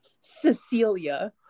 Cecilia